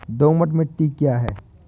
दोमट मिट्टी क्या है?